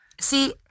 See